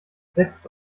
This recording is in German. setzt